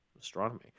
astronomy